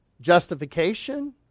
justification